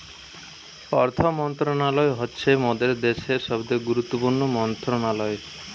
অর্থ মন্ত্রণালয় হচ্ছে মোদের দ্যাশের সবথেকে গুরুত্বপূর্ণ মন্ত্রণালয়